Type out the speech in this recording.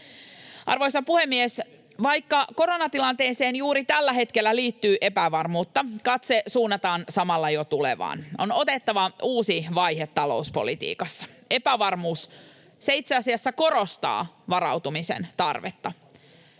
Arvoisa puhemies! Vaikka koronatilanteeseen juuri tällä hetkellä liittyy epävarmuutta, katse suunnataan samalla jo tulevaan. On otettava uusi vaihe talouspolitiikassa. Epävarmuus, se itse asiassa korostaa varautumisen tarvetta